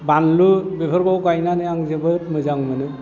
बानलु बेफोरखौ गायनानै आं जोबोद मोजां मोनो